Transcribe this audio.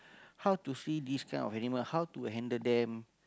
how to see this kind of animal how to handle them